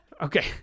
okay